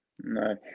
No